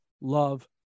love